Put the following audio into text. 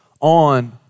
on